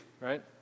right